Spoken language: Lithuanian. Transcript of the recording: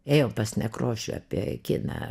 ėjau pas nekrošių apie kiną